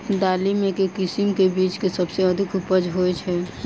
दालि मे केँ किसिम केँ बीज केँ सबसँ अधिक उपज होए छै?